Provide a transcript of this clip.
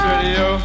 Radio